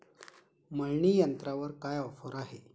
मळणी यंत्रावर काय ऑफर आहे?